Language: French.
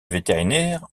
vétérinaires